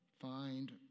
Find